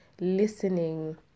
listening